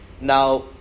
Now